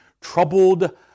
troubled